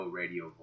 radio